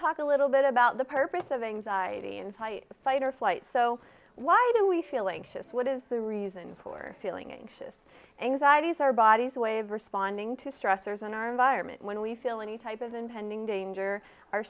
talk a little bit about the purpose of anxiety and fight a fight or flight so why do we feel anxious what is the reason for feeling anxious anxieties our body's way of responding to stressors in our environment when we feel any type of impending danger our